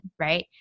right